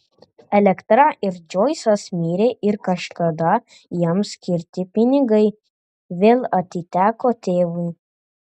elektra ir džoisas mirė ir kažkada jiems skirti pinigai vėl atiteko tėvui